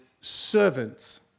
servants